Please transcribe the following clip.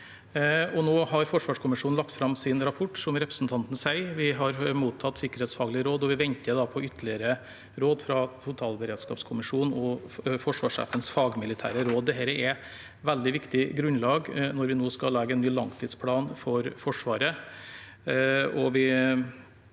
forsvarskommisjonen lagt fram sin rapport, som representanten Søreide sier. Vi har mottatt sikkerhetsfaglige råd, og vi venter på ytterligere råd fra totalberedskapskommisjonen og forsvarssjefens fagmilitære råd. Dette er veldig viktige grunnlag når vi nå skal legge en ny langtidsplan for Forsvaret.